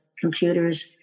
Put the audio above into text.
computers